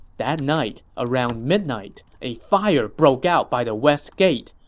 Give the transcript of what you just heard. that night, around midnight, a fire broke out by the west gate.